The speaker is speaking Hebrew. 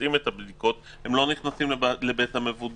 שמבצעים את הבדיקות הללו לא נכנסים לבית המבודד.